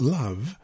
love